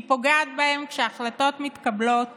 היא פוגעת בהם כשהחלטות מתקבלות